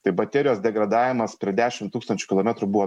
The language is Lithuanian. tai baterijos degradavimas dešim tūkstančių kilometrų buvo